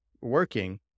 working